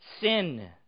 Sin